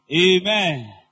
Amen